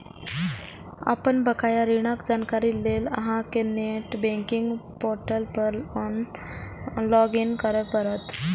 अपन बकाया ऋणक जानकारी लेल अहां कें नेट बैंकिंग पोर्टल पर लॉग इन करय पड़त